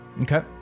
Okay